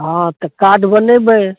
हँ तऽ कार्ड बनेबै